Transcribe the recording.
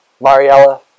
Mariella